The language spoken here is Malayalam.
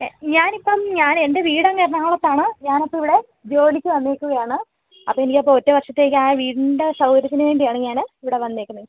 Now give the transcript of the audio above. ഞാനിപ്പം ഞാൻ എൻ്റെ വീട് അങ്ങ് എറണാകുളത്താണ് ഞാനപ്പം ഇവിടെ ജോലിക്ക് വന്നിരിക്കുകയാണ് അപ്പം എനിക്കപ്പോൾ ഒറ്റ വർഷത്തേക്കായ വീടിൻറെ സൗകര്യത്തിന് വേണ്ടിയാണ് ഞാൻ ഇവിടെ വന്നിരിക്കുന്നത്